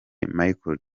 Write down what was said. michael